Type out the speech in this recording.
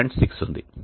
6 ఉంది